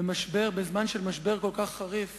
בזמן של משבר כל כך חריף